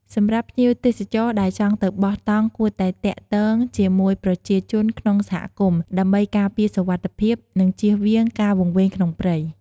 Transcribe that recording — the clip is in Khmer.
សម្រាប់ភ្ញៀវទេសចរដែលចង់ទៅបោះតង់គួតែទាក់ទងជាមួយប្រជាជនក្នុងសហគមន៍ ដើម្បីការពារសុវត្ថិភាព និងជៀសវាងការវង្វេងក្នុងព្រៃ ។